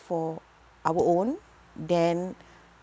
for our own then